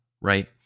right